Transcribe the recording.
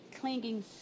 clinging